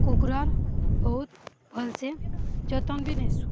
କୁକୁରର ବହୁତ ଭଲସେ ଯତ୍ନ ବି ନେଉଛୁ